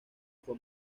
fue